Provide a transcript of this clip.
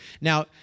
Now